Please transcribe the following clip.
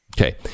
Okay